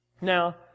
Now